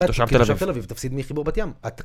אתה תושב תל אביב, תפסיד מחיבור בת-ים.